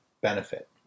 benefit